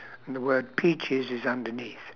the word peaches is underneath